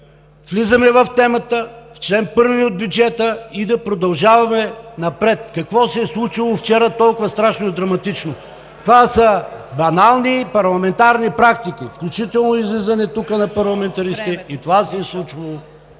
Влизаме в темата – в чл. 1, от бюджета и да продължаваме напред. Какво се е случило вчера толкова страшно и драматично? Това са банални парламентарни практики, включително излизане тук на парламентаристи, и това се е случвало.